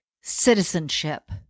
citizenship